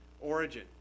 origin